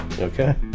Okay